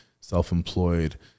self-employed